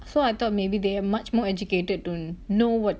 so I thought maybe they are much more educated to know [what]